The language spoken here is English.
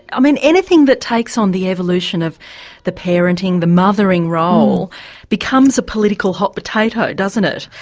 i mean anything that takes on the evolution of the parenting, the mothering role becomes a political hot potato, doesn't it,